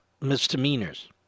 misdemeanors